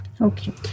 Okay